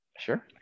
Sure